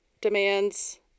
demands